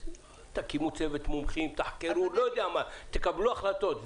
תקימו צוות מומחים, תחקרו, תקבלו החלטות.